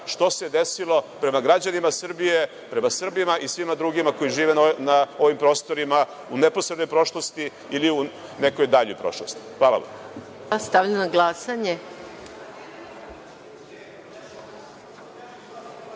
što se desilo prema građanima Srbije, prema Srbima i prema svima drugima koji žive na ovim prostorima u neposrednoj prošlosti ili nekoj daljoj prošlosti. Hvala vam. **Maja